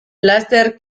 laster